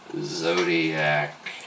Zodiac